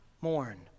mourn